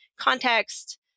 context